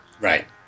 Right